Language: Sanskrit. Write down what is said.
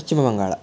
पश्चिमवङ्गालम्